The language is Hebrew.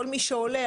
כל מי שעולה,